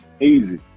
Easy